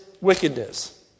wickedness